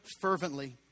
fervently